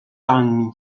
army